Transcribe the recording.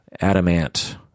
Adamant